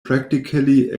practically